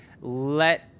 Let